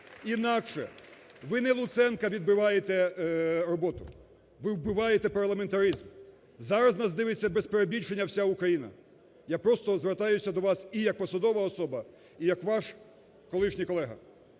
Інакше ви не в Луценка відбиваєте роботу, ви вбиваєте парламентаризм. Зараз нас дивиться без перебільшення вся Україна. Я просто звертаюся до вас і як посадова, і як ваш колишній колега.